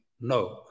no